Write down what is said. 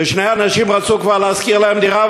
שני אנשים רצו כבר להשכיר להם דירה,